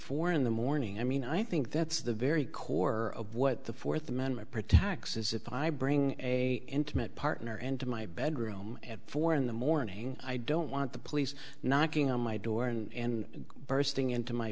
four in the morning i mean i think that's the very core of what the fourth amendment protects is if i bring a intimate partner into my bedroom at four in the morning i don't want the police knocking on my door and bursting into my